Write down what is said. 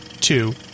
two